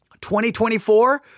2024